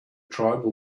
tribal